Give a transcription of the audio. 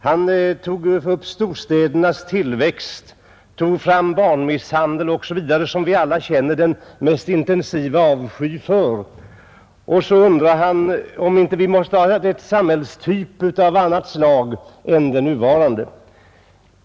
Han tog upp storstädernas tillväxt, han drog fram barnmisshandeln, som vi alla känner den mest intensiva avsky för, osv., och undrade om vi inte måste ha en samhällstyp av annat slag än den nuvarande.